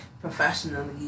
professionally